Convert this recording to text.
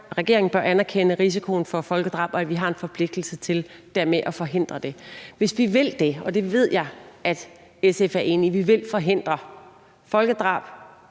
regeringen bør anerkende risikoen for folkedrab, og at vi har en forpligtelse til dermed at forhindre det. Hvis vi vil det, og det ved jeg SF er enige i – vi vil forhindre folkedrab,